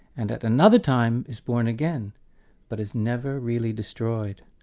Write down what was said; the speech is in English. and at another time is born again but is never really destroyed.